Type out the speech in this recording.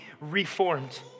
reformed